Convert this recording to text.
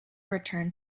return